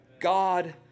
God